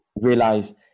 realize